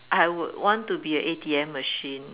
I would want to be an A_T_M machine